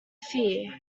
fear